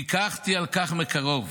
פיקחתי על כך מקרוב